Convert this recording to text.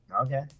Okay